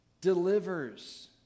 Delivers